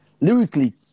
Lyrically